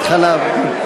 תוספת חלב.